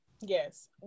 Yes